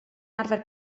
arfer